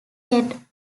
head